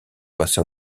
passés